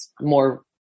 more